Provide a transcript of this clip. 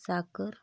साखर